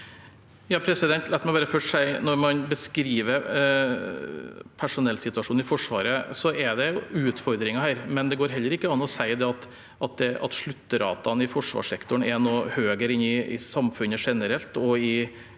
Når man beskriver personellsituasjonen i Forsvaret, så er det utfordringer her. Men det går heller ikke an å si at sluttratene i forsvarssektoren nå er høyere enn i samfunnet generelt